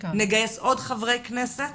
אנחנו נגייס עוד חברי כנסת